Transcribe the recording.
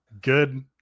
good